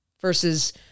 versus